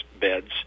beds